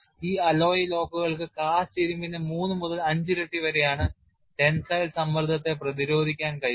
ഈ അലോയ് ലോക്കുകൾക്ക് കാസ്റ്റ് ഇരുമ്പിന്റെ 3 മുതൽ 5 ഇരട്ടി വരെയാണ് ടെൻസൈൽ സമ്മർദ്ദത്തെ പ്രതിധിരോധിക്കാൻ കഴിയുന്നത്